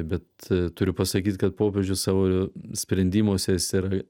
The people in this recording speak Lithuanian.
bet turiu pasakyt kad popiežius savo sprendimuose jis yra